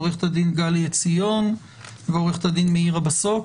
עורכת הדין גלי עציון ועורכת הדין מאירה בסוק,